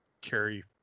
carry